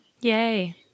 Yay